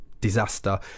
disaster